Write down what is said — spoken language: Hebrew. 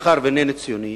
מאחר שאינני ציוני,